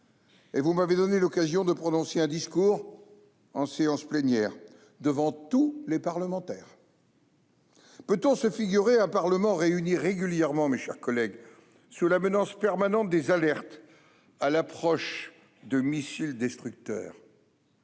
et vous m'aviez donné l'occasion de prononcer un discours en séance plénière, devant tous les parlementaires. Mes chers collègues, peut-on se figurer un parlement réuni régulièrement sous la menace permanente des alertes à l'approche de missiles destructeurs ?